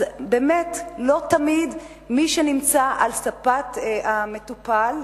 אז באמת לא תמיד מי שנמצא על ספת המטופל,